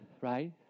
right